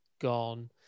gone